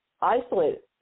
isolated